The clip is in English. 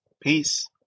Peace